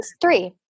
three